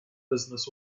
business